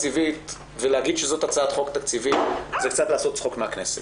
להגיד שזאת הצעת חוק תקציבית זה לעשות צחוק מהכנסת.